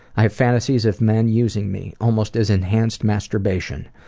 i have fantasies of men using me, almost as enhanced masturbation.